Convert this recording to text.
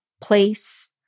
place